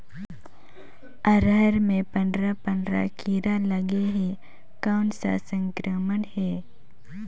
अरहर मे पंडरा पंडरा कीरा लगे हे कौन सा संक्रमण हे?